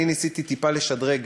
אני ניסיתי טיפה לשדרג,